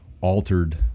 altered